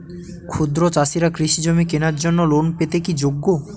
ক্ষুদ্র চাষিরা কৃষিজমি কেনার জন্য লোন পেতে কি যোগ্য?